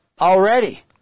already